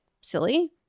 silly